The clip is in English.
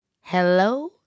Hello